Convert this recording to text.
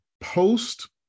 post